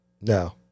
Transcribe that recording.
no